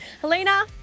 Helena